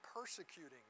persecuting